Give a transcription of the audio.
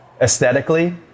aesthetically